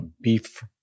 beef